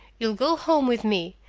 you'll go home with me.